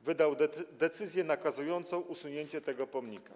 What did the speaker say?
wydał decyzję nakazującą usunięcie tego pomnika.